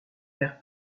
vers